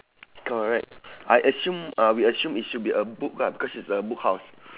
correct I assume uh we assume it should be a book ah cause it's a book house